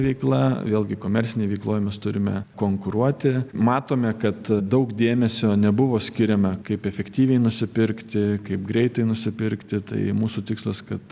veikla vėlgi komercinėj veikloj mes turime konkuruoti matome kad daug dėmesio nebuvo skiriama kaip efektyviai nusipirkti kaip greitai nusipirkti tai mūsų tikslas kad